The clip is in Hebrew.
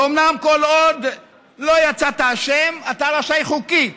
ואומנם כל עוד לא יצאת אשם אתה רשאי חוקית